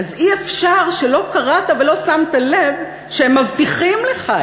אז אי-אפשר שלא קראת ולא שמת לב שהם מבטיחים לך,